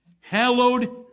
Hallowed